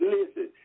Listen